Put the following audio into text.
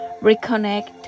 Reconnect